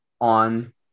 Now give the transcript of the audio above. on